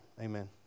amen